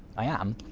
i am!